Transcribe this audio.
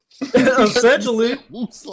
essentially